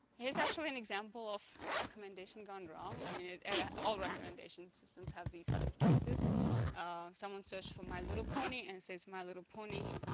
here's actually an example of recommendation gone wrong i mean it all recommendation systems have these kind of cases someone searched for my little pony and says my little pony